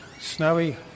snowy